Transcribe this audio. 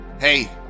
hey